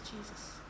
Jesus